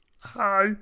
Hi